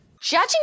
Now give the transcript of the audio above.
Judging